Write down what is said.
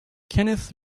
kenneth